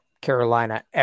Carolina